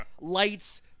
lights